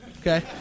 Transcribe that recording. okay